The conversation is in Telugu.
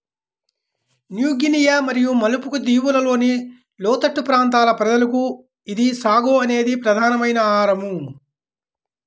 న్యూ గినియా మరియు మలుకు దీవులలోని లోతట్టు ప్రాంతాల ప్రజలకు ఇది సాగో అనేది ప్రధానమైన ఆహారం